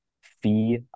Fee